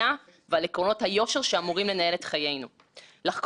החל בעובדה שהחוק לא מקנה לוועדה פרלמנטרית שיניים,